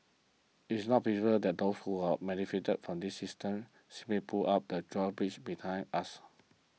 it's not that those who've benefited from this system simply pull up the drawbridge behind us